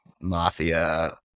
mafia